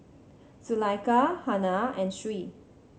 Zulaikha Hana and Sri